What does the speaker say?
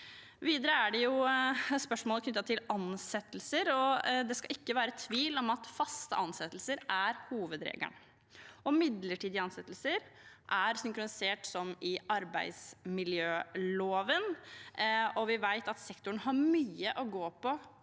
Videre har vi spørsmålet knyttet til ansettelser. Det skal ikke være tvil om at faste ansettelser er hovedregelen. Midlertidige ansettelser er harmonisert med arbeidsmiljøloven, og vi vet at sektoren har mye å gå på